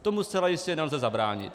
Tomu zcela jistě nelze zabránit.